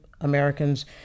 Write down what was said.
Americans